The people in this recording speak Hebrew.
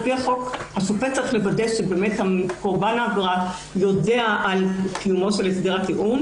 לפי החוק השופט צריך לוודא שקורבן העבירה יודע על קיומו של הסדר הטיעון.